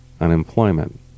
unemployment